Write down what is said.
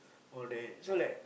all that so like